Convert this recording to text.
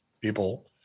people